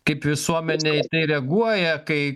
kaip visuomenė į tai reaguoja kai